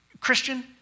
Christian